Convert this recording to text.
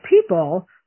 people